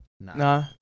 no